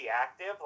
active